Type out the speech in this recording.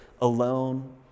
alone